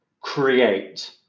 create